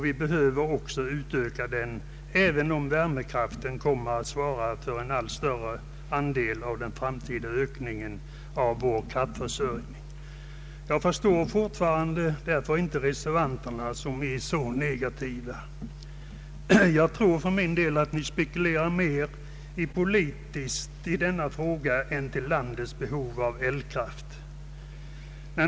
Vi behöver öka våra tillgångar på vattenkraft, även om värmekraften kommer att svara för en allt större andel av vår framtida energiförsörjning. Jag förstår därför inte reservanterna, som är så negativa till denna utbyggnad. Jag tror att de mera spekulerar politiskt i denna fråga än tar hänsyn till landets behov av elkraft.